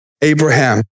Abraham